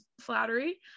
flattery